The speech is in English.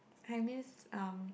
I miss um